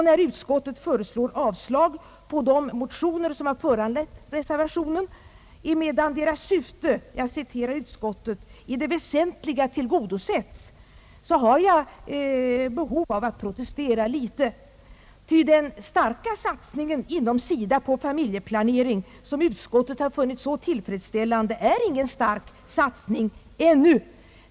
När utskottet föreslår avslag på de motioner, som har föranlett reservationen, emedan deras syfte redan »i det väsentliga tillgodosetts», har jag behov av att protestera litet. Ty den starka satsningen inom SIDA på familjeplanering, som utskottet har funnit så tillfredsställande, är ingen stark satsning ännu.